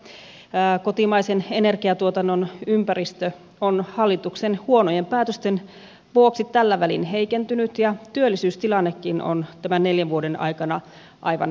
muun muassa kotimaisen energiatuotannon ympäristö on hallituksen huonojen päätösten vuoksi tällä välin heikentynyt ja työllisyystilannekin on tämän neljän vuoden aikana aivan erilainen